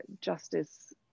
justice